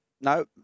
no